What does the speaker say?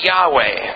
Yahweh